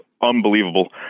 Unbelievable